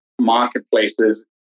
marketplaces